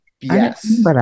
Yes